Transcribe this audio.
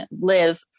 live